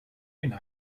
une